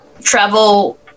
travel